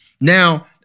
Now